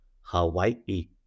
Hawaii